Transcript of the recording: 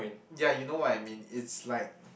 ya you know what I mean it's like